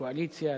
קואליציה,